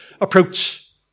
approach